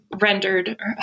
rendered